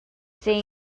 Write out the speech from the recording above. seen